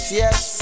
yes